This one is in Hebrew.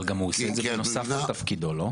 אבל גם הוא עושה את זה בנוסף לתפקידו, לא?